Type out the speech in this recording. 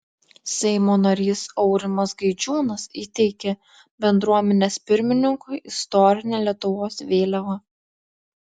seimo narys aurimas gaidžiūnas įteikė bendruomenės pirmininkui istorinę lietuvos vėliavą